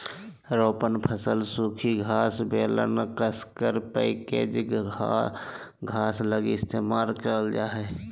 रोपण फसल सूखी घास बेलर कसकर पैकेज घास लगी इस्तेमाल करल जा हइ